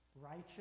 righteous